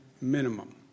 minimum